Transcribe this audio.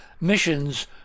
missions